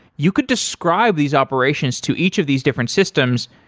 you could describe these operations to each of these different systems.